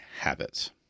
habits